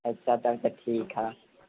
अच्छा तहन तऽ ठीक हँ